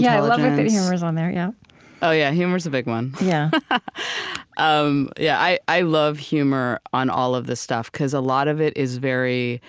yeah love and that humor's on there, yeah oh, yeah, humor's a big one. yeah um yeah i i love humor on all of this stuff, because a lot of it is very